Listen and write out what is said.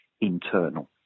internal